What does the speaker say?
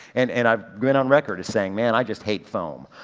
and, and i've been on record as saying, man, i just hate foam.